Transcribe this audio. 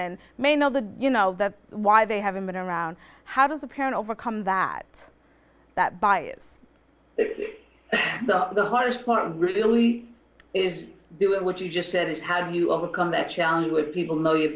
and may know the you know why they haven't been around how does a parent overcome that that bias the hardest part really is doing what you just said is how do you overcome that challenge with people know your